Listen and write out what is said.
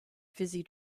fizzy